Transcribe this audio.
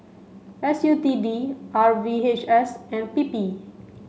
S U T D R V H S and P P